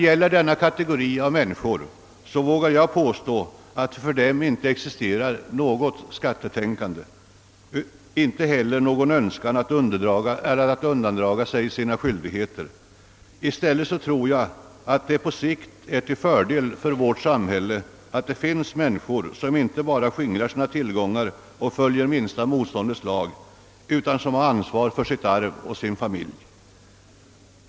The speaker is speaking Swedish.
Hos denna kategori av människor, vågar jag påstå, existerar inte något skattetänkande och inte heller någon önskan att undandra sig sina skyldigheter. Jag tror att det i stället på längre sikt är till fördel för vårt samhälle att det finns människor som inte bara följer minsta motståndets lag och skiftar sina tillgångar utan som har ansvar för sitt arv och sin familj.